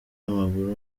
w’amaguru